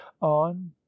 on